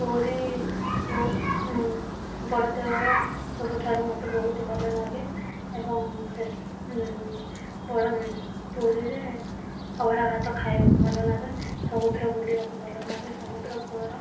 ପୁରୀ ବଡ଼ ଦେଉଳ ସବୁଠାରୁ ମତେ ବହୁତ ଭଲ ଲାଗେ ଏବଂ ସେ ବଡ଼ ପୁରୀରେ ଅଭଡ଼ା ଭାତ ଖାଇବାକୁ ଭଲ ଲାଗେ ସମୁଦ୍ର ବୁଲିବାକୁ ଭଲ ଲାଗେ ସମୁଦ୍ର କୂଳର